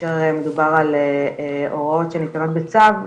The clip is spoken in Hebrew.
כאשר מדובר על הוראות שניתנות בצו,